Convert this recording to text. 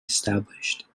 established